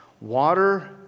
Water